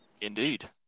Indeed